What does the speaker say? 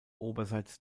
oberseits